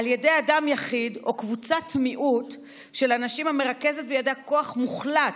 "או קבוצת מיעוט של אנשים המרכזת בידיה כוח מוחלט,